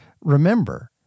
remember